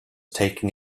taking